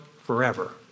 forever